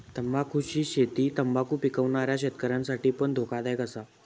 तंबाखुची शेती तंबाखु पिकवणाऱ्या शेतकऱ्यांसाठी पण धोकादायक असा